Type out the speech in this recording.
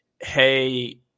hey